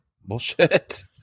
Bullshit